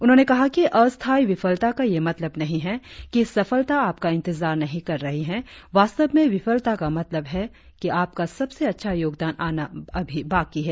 उन्होंने कहा कि अस्थाई विफलता का यह मतलब नहीं है कि सफलता आपका इंतजार नहीं कर रही है वास्तव में विफलता का मतलब है कि आपका सबसे अच्छा योगदान आना अभी बाकी है